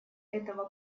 этого